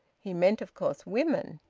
he meant, of course, women.